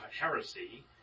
heresy